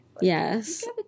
Yes